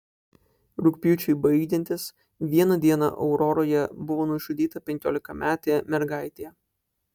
rugpjūčiui baigiantis vieną dieną auroroje buvo nužudyta penkiolikametė mergaitė